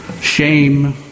shame